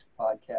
podcast